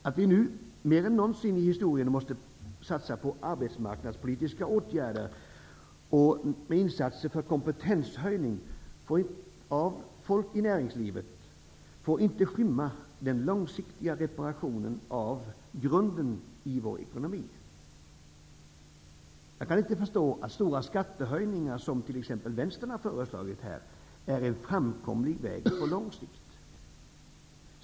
Att vi nu mer än någonsin i historien måste satsa på arbetsmarknadspolitiska åtgärder med insatser för att ge människor i näringslivet höjd kompetens får inte skymma den långsiktiga reparationen av grunden i vår ekonomi. Jag kan inte förstå att stora skattehöjningar, som t.ex. Vänstern har föreslagit, är en framkomlig väg på lång sikt.